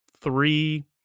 three